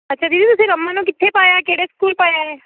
ਅੱਛਾ ਦੀਦੀ ਤੁਸੀਂ ਰਮਨ ਨੂੰ ਕਿੱਥੇ ਪਾਇਆ ਕਿਹੜੇ ਸਕੂਲ ਪਾਇਆ ਏ